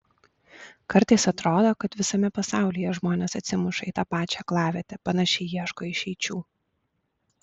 kartais atrodo kad visame pasaulyje žmonės atsimuša į tą pačią aklavietę panašiai ieško išeičių